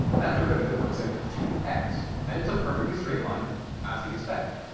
that derivative works out to two x and it's a perfectly straight line as you'd expect!